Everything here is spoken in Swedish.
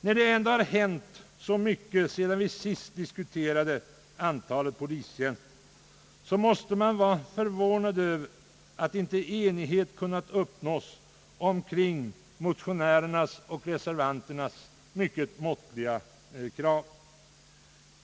När det ändå har hänt så mycket sedan vi sist diskuterade antalet polistjänster, måste man vara förvånad över att inte enighet har kunnat uppnås omkring motionärernas och reservanternas mycket måttliga krav.